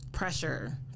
pressure